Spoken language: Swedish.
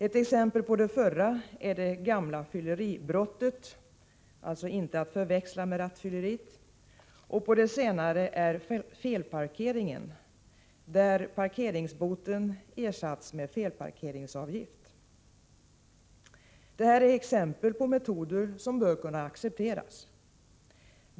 Ett exempel på brott som avkriminaliserats är det gamla fylleribrottet — inte att förväxla med rattfylleriet — och depenalisering har skett i fråga om felparkeringen, där parkeringsboten ersatts med felparkeringsavgift. Detta är exempel på metoder som bör kunna accepteras.